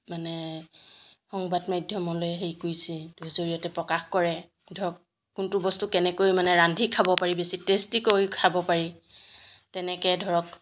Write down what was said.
মানে সংবাদ মাধ্যমলৈ হেৰি কৰিছে তাৰ জৰিয়তে প্ৰকাশ কৰে ধৰক কোনটো বস্তু কেনেকৈ মানে ৰান্ধি খাব পাৰি বেছি টেষ্টিকৈ খাব পাৰি তেনেকৈ ধৰক